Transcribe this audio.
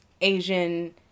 Asian